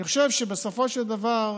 אני חושב שבסופו של דבר,